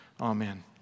Amen